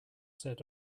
said